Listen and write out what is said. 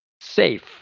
Safe